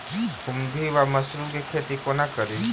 खुम्भी वा मसरू केँ खेती कोना कड़ी?